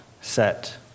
set